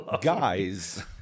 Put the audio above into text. guys